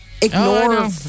ignore